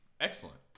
excellent